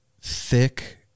thick